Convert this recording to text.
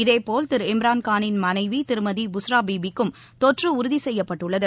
இதே போல் திரு இம்ரான்கானின் மனைவி திருமதி புஸ்ரா பீபிக்கும் தொற்று உறுதி செய்யப்பட்டுள்ளது